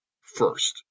first